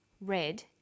red